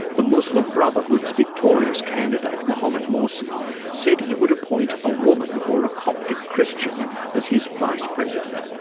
the muslim brotherhood's victorious candidate mohamed morsi said he would appoint a woman or a coptic christian as his vice-president.